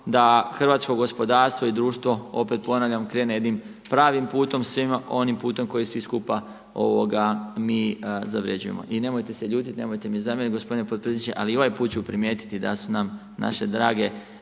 da hrvatsko gospodarstvo i društvo, opet ponavljam, krene jednim pravim putom, onim putom koji svi skupa mi zavređujemo. I nemojte se ljutiti, nemojte mi zamjeriti, gospodine potpredsjedniče, ali i ovaj put ću primijetiti da su nam naše drage